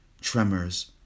tremors